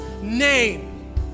name